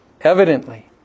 evidently